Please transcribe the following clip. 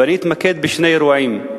ואני אתמקד בשני אירועים.